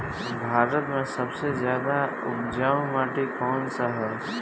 भारत मे सबसे ज्यादा उपजाऊ माटी कउन सा ह?